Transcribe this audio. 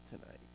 tonight